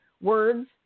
words